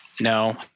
No